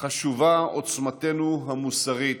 חשובה עוצמתנו המוסרית,